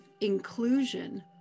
inclusion